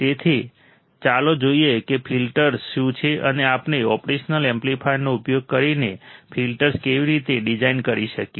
તેથી ચાલો જોઈએ કે ફિલ્ટર્સ શું છે અને આપણે ઓપરેશનલ એમ્પ્લીફાયરનો ઉપયોગ કરીને ફિલ્ટર્સ કેવી રીતે ડિઝાઇન કરી શકીએ